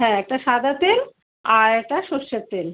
হ্যাঁ একটা সাদা তেল আর একটা সর্ষের তেল